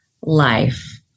life